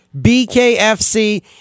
BKFC